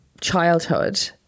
childhood